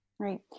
right